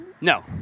No